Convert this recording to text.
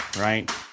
right